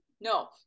no